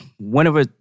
Whenever